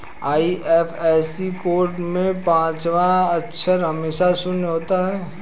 IFSC code में पांचवा अक्षर हमेशा शून्य होता है